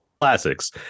classics